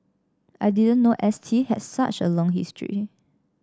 I didn't know S T had such a long history